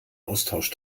austausch